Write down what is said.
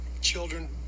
children